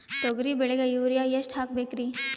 ತೊಗರಿ ಬೆಳಿಗ ಯೂರಿಯಎಷ್ಟು ಹಾಕಬೇಕರಿ?